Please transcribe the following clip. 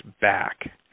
back